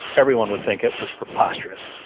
everyone would think it was preposterous.